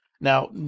Now